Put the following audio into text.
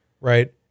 right